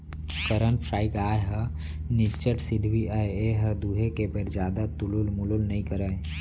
करन फ्राइ गाय ह निच्चट सिधवी अय एहर दुहे के बेर जादा तुलुल मुलुल नइ करय